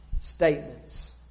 statements